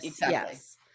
yes